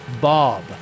Bob